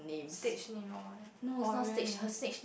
stage name or what oh really